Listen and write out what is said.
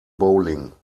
bowling